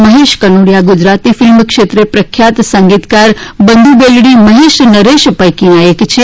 Mahesh Kanodia Gujarati film ક્ષેત્રે પ્રખ્યાત સંગીતકાર બન્ધુ બેલડી મહેશ નરેશ પૈકીના એક છે